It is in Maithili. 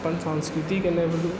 अपन संस्कृतिके नहि भूलू